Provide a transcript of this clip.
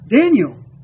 Daniel